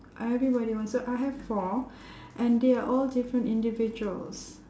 everybody wants so I have four and they are all different individuals